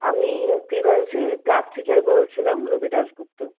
আমি প্রিভাংশীর ক্লাসটিচার বলছিলাম রুবি দাসগুপ্ত